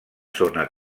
zona